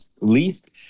least